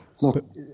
Look